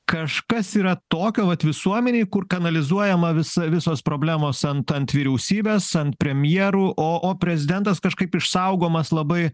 kažkas yra tokio vat visuomenėj kur kanalizuojama visa visos problemos ant ant vyriausybės ant premjerų o o prezidentas kažkaip išsaugomas labai